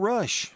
Rush